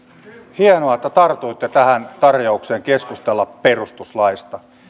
hienoa että tartuitte tähän tarjoukseen keskustella perustuslaista